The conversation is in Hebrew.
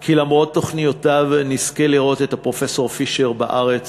כי למרות תוכניותיו נזכה לראות את פרופסור פישר בארץ